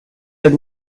had